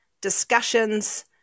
discussions